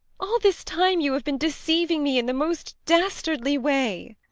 all this time you have been deceiving me in the most dastardly way